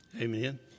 Amen